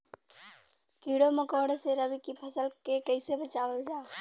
कीड़ों मकोड़ों से रबी की फसल के कइसे बचावल जा?